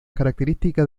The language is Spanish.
características